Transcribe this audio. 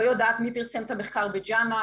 לא יודעת מי פרסם את המחקר ב-JAMA,